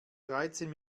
dreizehn